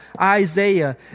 Isaiah